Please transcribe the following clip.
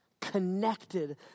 connected